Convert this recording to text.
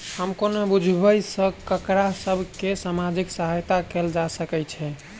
हम कोना बुझबै सँ ककरा सभ केँ सामाजिक सहायता कैल जा सकैत छै?